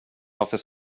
varför